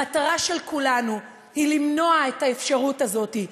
המטרה של כולנו היא למנוע את האפשרות הזאת,